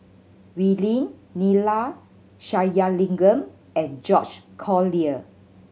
Wee Lin Neila Sathyalingam and George Collyer